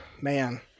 man